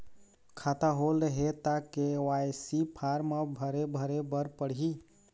खाता होल्ड हे ता के.वाई.सी फार्म भरे भरे बर पड़ही?